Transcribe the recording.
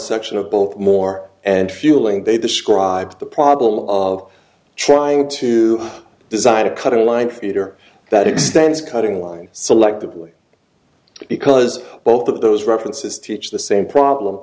section of both more and fueling they described the problem of trying to design a cut in line theater that extends cutting line selectively because both of those references teach the same problem